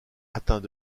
atteints